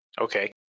Okay